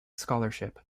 scholarship